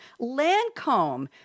Lancome